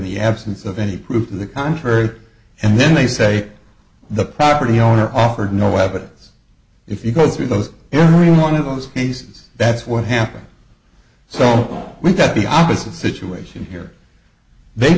the absence of any proof in the contrary and then they say the property owner offered no evidence if you go through those every one of those cases that's what happened so all we've got the opposite situation here they